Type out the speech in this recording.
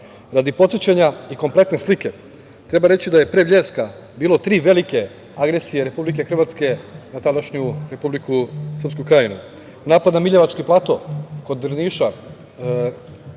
Srba. Radi podsećanja i kompletne slike, treba reći da je pre „Bljeska“ bilo tri velike agresije Republike Hrvatske na tadašnju Republiku Srpsku Krajinu. Napad na Miljevački plato kod Drniša